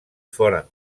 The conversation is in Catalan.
foren